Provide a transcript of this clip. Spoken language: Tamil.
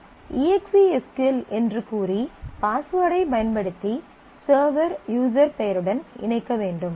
நாம் EXEC எஸ் க்யூ எல் என்று கூறி பாஸ்வெர்ட் ஐ பயன்படுத்தி சர்வர் யூஸர் பெயருடன் இணைக்க வேண்டும்